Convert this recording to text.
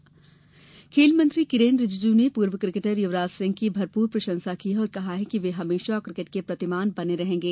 रीजीजू युवराज खेल मंत्री किरेन रीजीजू ने पूर्व क्रिकेटर युवराज सिंह की भरपूर प्रशंसा की और कहा कि वे हमेशा क्रिकेट के प्रतिमान बने रहेंगे